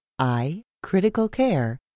icriticalcare